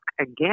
again